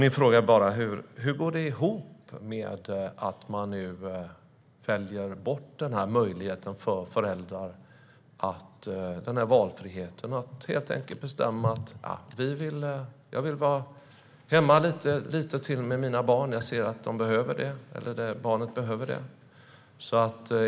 Nu väljer man bort möjligheten för föräldrar att bestämma: Jag vill vara hemma lite till med mitt barn, för jag ser att barnet behöver det.